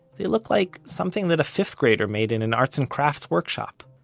they look like something that a fifth grader made in an arts and crafts workshop.